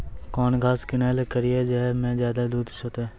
कौन घास किनैल करिए ज मे ज्यादा दूध सेते?